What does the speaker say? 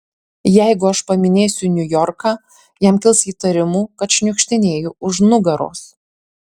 jeigu aš paminėsiu niujorką jam kils įtarimų kad šniukštinėju už nugaros